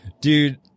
Dude